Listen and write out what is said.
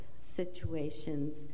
situations